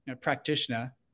practitioner